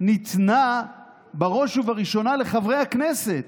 ניתנה בראש ובראשונה לחברי הכנסת.